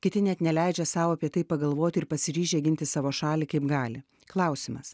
kiti net neleidžia sau apie tai pagalvoti ir pasiryžę ginti savo šalį kaip gali klausimas